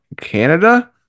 canada